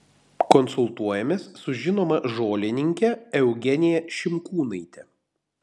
konsultuojamės su žinoma žolininke eugenija šimkūnaite